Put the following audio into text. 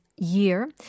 Year